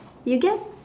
you guess